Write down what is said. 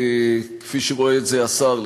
כפי שרואה את זה השר,